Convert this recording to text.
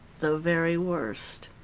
the very worst